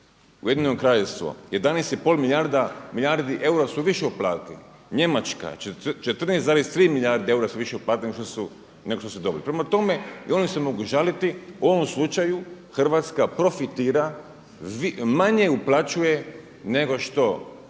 Ujedinjeno Kraljevstvo 11,5 milijardi eura su više uplatili, Njemačka 14,3 milijarde eura su više uplatili nego što su dobili. Prema tome, i oni se mogu žaliti. U ovom slučaju Hrvatska profitira, manje uplaćuje nego što